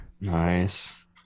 Nice